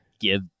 give